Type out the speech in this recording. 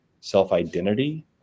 self-identity